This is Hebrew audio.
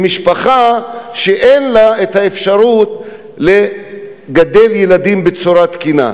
למשפחה שאין לה האפשרות לגדל ילדים בצורה תקינה.